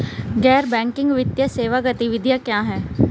गैर बैंकिंग वित्तीय सेवा गतिविधियाँ क्या हैं?